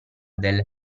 del